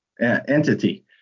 entity